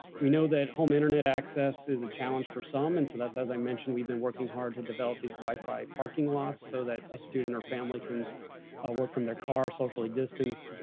we know that home internet access is a challenge for some, and so that's as i mentioned, we've been working hard to develop these wi-fi parking lots so that a student or family can work from their car socially distance,